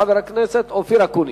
חבר הכנסת אופיר אקוניס.